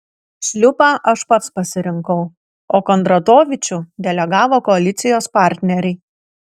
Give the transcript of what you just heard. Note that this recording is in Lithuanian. šliupą aš pats pasirinkau o kondratovičių delegavo koalicijos partneriai